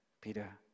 Peter